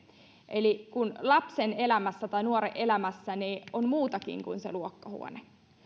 eli lapsen tai nuoren elämässä on muutakin kuin luokkahuone